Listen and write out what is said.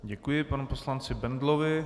Děkuji panu poslanci Bendlovi.